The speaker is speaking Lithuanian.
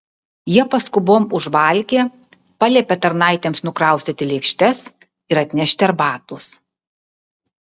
jie paskubom užvalgė paliepė tarnaitėms nukraustyti lėkštes ir atnešti arbatos